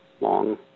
long